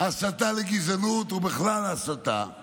הסתה לגזענות והסתה בכלל.